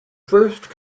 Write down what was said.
first